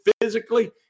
Physically